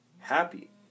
Happy